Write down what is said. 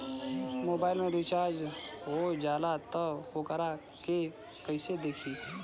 Mobile में recharge हो जाला त वोकरा के कइसे देखी?